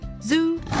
Zoo